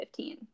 2015